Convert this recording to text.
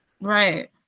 Right